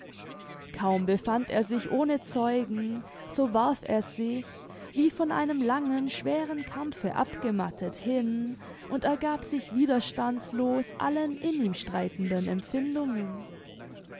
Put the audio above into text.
kaum befand er sich ohne zeugen so warf er sich wie von einem langen schweren kampfe abgemattet hin und ergab sich widerstandlos allen in ihm streitenden empfindungen